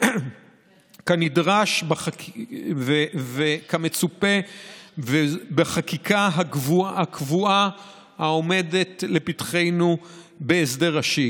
כנדרש וכמצופה בחקיקה הקבועה העומדת לפתחנו בהסדר ראשי.